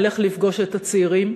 נלך לפגוש את הצעירים,